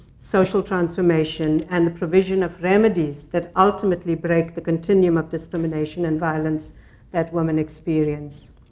social transformation, and the provision of remedies that ultimately break the continuum of discrimination and violence that women experience.